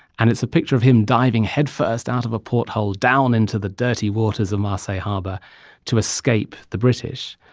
and it's a picture of him diving headfirst out of a porthole, down into the dirty waters of marseille harbor to escape the british.